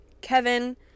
kevin